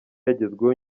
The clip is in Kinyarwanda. yagezweho